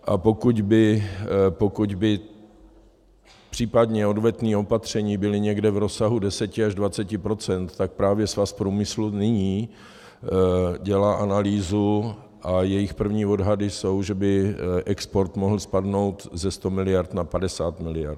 A pokud by případně odvetná opatření byla někde v rozsahu 10 až 20 procent, tak právě Svaz průmyslu nyní dělá analýzu a jejich první odhady jsou, že by export mohl spadnout ze 100 miliard na 50 miliard.